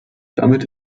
damit